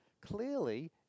clearly